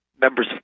members